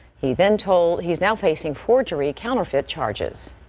he then told he's now facing forgery counterfeit charges.